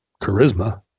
charisma